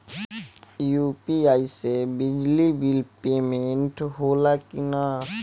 UPI से बिजली bill payment होला कि न?